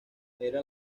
era